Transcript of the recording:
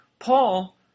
Paul